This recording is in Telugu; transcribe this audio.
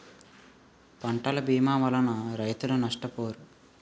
పంటల భీమా వలన రైతులు నష్టపోరు